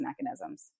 mechanisms